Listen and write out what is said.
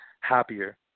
happier